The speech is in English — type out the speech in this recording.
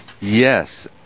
Yes